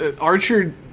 Archer